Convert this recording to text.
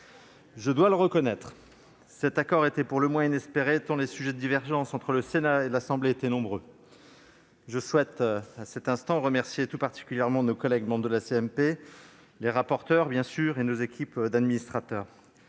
Je dois le reconnaître, cet accord était pour le moins inespéré, tant les sujets de divergence entre le Sénat et l'Assemblée étaient nombreux. Je souhaite en cet instant remercier tout particulièrement nos collègues membres de la CMP, les rapporteurs, bien sûr, et nos équipes d'administrateurs,